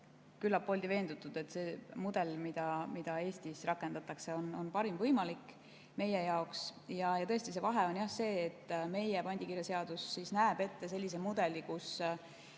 küllap veendunud, et see mudel, mida Eestis rakendatakse, on parim võimalik meie jaoks. Tõesti, vahe on see, et meie pandikirjaseadus näeb ette sellise mudeli, kus